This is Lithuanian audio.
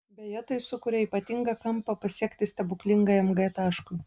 beje tai sukuria ypatingą kampą pasiekti stebuklingajam g taškui